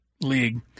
league